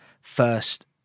first